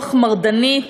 רוח מרדנית,